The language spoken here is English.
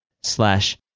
slash